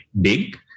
big